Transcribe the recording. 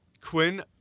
quinn